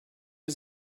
bir